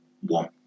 one